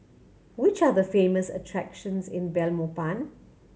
which are the famous attractions in Belmopan